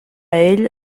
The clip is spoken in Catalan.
ell